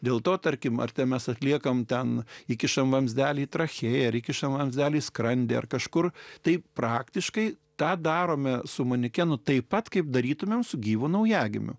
dėl to tarkim ar ten mes atliekame ten įkišame vamzdelį trachėją ir įkišame anzelį skrandyje ar kažkur taip praktiškai tą darome su manekenu taip pat kaip darytumėm su gyvu naujagimiu